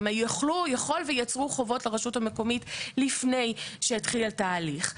יכול והם יצרו חובות לרשות המקומית לפני שהתחיל התהליך.